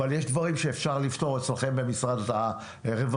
אבל יש דברים שאפשר לפתור אצלכם במשרד הרווחה,